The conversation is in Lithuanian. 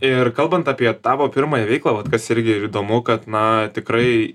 ir kalbant apie tavo pirmąją veiklą vat kas irgi įdomu kad na tikrai